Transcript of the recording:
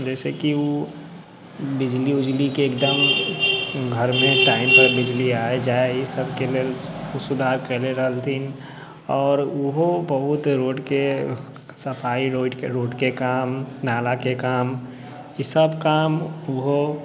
जैसे कि उ बिजली उजलीके एकदम घरमे टाइमपर बिजली आइ जाइ ई सबके लेल उ सुधार कैले रहलथिन आओर उहो बहुत रोडके सफाइ रोडके काम नालाके काम ई सब काम उहो